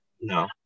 No